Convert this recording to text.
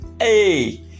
Hey